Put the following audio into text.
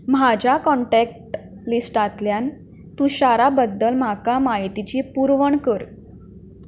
म्हज्या कॉन्टॅक्ट लिस्टांतल्या तुशाराबद्दल म्हाका म्हायतेची पुरवण कर